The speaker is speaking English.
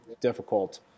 difficult